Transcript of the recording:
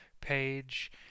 page